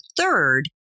third